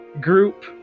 group